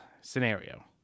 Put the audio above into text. scenario